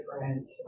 different